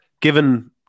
given